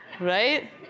Right